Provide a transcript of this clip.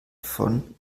von